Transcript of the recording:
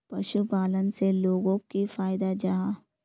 पशुपालन से लोगोक की फायदा जाहा?